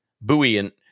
buoyant